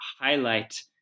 highlight